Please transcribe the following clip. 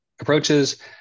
approaches